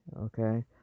Okay